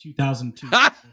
2002